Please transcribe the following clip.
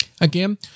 Again